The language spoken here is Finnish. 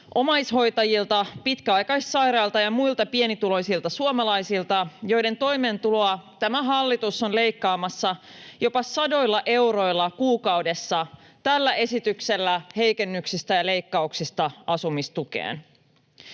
omaishoitajilta, pitkäaikaissairailta ja muilta pienituloisilta suomalaisilta, joiden toimeentuloa tämä hallitus on leikkaamassa jopa sadoilla euroilla kuukaudessa tällä esityksellä heikennyksistä ja leikkauksista asumistukeen.